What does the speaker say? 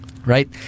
Right